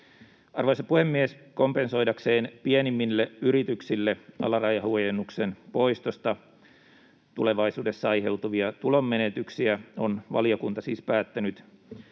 Arvoisa puhemies! Kompensoidakseen pienimmille yrityksille alarajahuojennuksen poistosta tulevaisuudessa aiheutuvia tulonmenetyksiä on valiokunta siis päättänyt